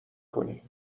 کنی